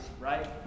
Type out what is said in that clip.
right